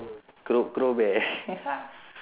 cro~ crobear